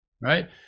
Right